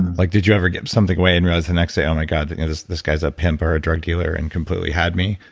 like did you ever give something away and realized the next day, oh my god, this this guy's a pimp or a drug dealer and completely had me,